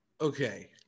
Okay